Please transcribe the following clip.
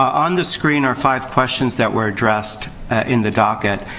on the screen are five questions that were addressed in the docket.